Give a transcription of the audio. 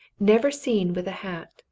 never seen with a hat,